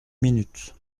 minutes